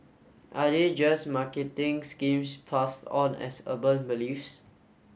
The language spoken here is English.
are they just marketing schemes passed on as urban beliefs